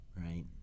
right